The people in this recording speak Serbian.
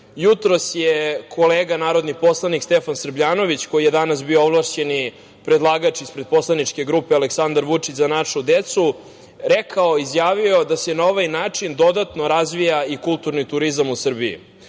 smeru. Jutros je kolega narodni poslanik Stefan Srbljanović, koji je danas bio ovlašćeni predlagač ispred poslaničke grupe „Aleksandar Vučić – Za našu decu“ rekao da se na ovaj način dodatno razvija i kulturni turizam u Srbiji,